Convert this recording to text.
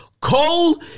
Cole